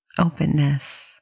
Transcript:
openness